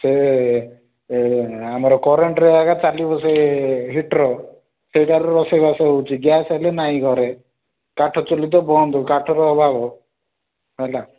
ସେ ଆମର କରେଣ୍ଟ୍ରେ ଏକା ଚାଲିବ ସେଇ ହିଟର୍ ସେଇଟାରେ ରୋଷେଇ ବାସ ହେଉଛି ଗ୍ୟାସ୍ ହେଲେ ନାଇଁ ଘରେ କାଠ ଚୁଲି ତ ବନ୍ଦ କାଠର ଅଭାବ ହେଲା